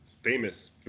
famous